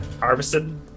harvested